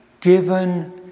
given